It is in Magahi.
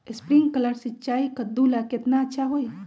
स्प्रिंकलर सिंचाई कददु ला केतना अच्छा होई?